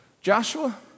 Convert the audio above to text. Joshua